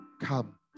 come